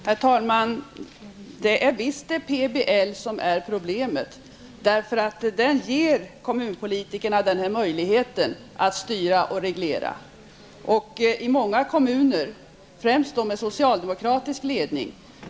Herr talman! Det är visst PBL som är problemet -- den lagen ger kommunalpolitikerna möjligheten att styra och reglera i många kommuner, främst då med socialdemokratisk ledning.